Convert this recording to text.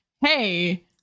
hey